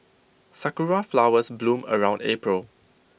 Sakura Flowers bloom around April